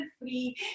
free